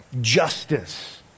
Justice